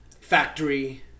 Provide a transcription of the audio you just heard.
factory